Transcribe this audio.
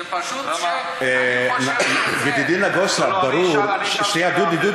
זה פשוט, ידידי נגוסה, שנייה, דודי.